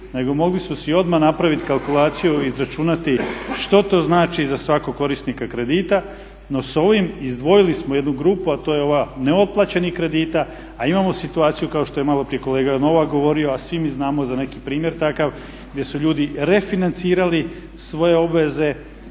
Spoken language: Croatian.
nego mogli su si odmah napraviti kalkulaciju i izračunati što to znači za svakog korisnika kredita. No, s ovim izdvojili smo jednu grupu a to je ova neotplaćenih kredita, a imamo situaciju kao što je maloprije kolega Novak govorio a svi mi znamo za neki primjer takav gdje su ljudi refinancirali svoje obveze